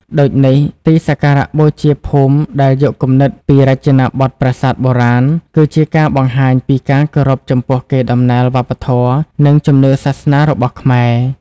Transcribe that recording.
ដូចនេះ ទីសក្ការៈបូជាភូមិដែលយកគំនិតពីរចនាបថប្រាសាទបុរាណ គឺជាការបង្ហាញពីការគោរពចំពោះកេរដំណែលវប្បធម៌ និងជំនឿសាសនារបស់ខ្មែរ។